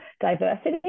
diversity